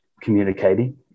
communicating